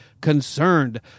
concerned